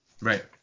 right